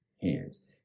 hands